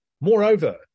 Moreover